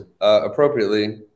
appropriately